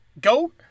Go